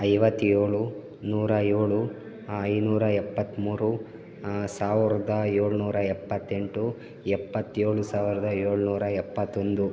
ಐವತ್ತೇಳು ನೂರ ಏಳು ಐನೂರ ಎಪ್ಪತ್ತ್ಮೂರು ಸಾವಿರದ ಏಳುನೂರ ಎಪ್ಪತ್ತೆಂಟು ಎಪ್ಪತ್ತೇಳು ಸಾವಿರದ ಏಳುನೂರ ಎಪ್ಪತ್ತೊಂದು